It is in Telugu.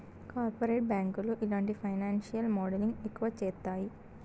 కార్పొరేట్ బ్యాంకులు ఇలాంటి ఫైనాన్సియల్ మోడలింగ్ ఎక్కువ చేత్తాయి